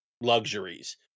luxuries